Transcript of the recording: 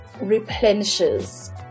replenishes